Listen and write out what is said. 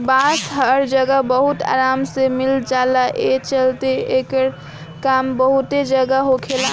बांस हर जगह बहुत आराम से मिल जाला, ए चलते एकर काम बहुते जगह होखेला